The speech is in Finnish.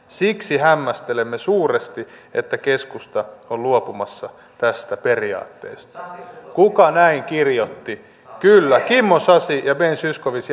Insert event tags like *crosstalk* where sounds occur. *unintelligible* siksi hämmästelemme suuresti että keskusta on luopumassa tästä periaatteesta kuka näin kirjoitti kyllä kimmo sasi ja ben zyskowicz *unintelligible*